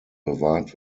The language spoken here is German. bewahrt